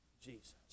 Jesus